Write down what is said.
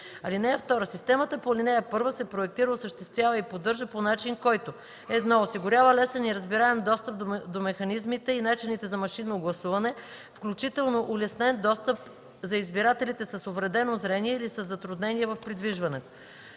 (2) Системата по ал. 1 се проектира, осъществява и поддържа по начин, който: 1. осигурява лесен и разбираем достъп до механизмите и начините за машинно гласуване, включително улеснен достъп за избирателите с увредено зрение или със затруднения в придвижването;